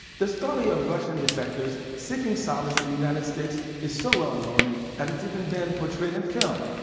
the story of russian defectors seeking solace in the united states is so well known that it's even been portrayed in film,